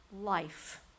life